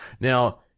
now